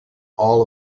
all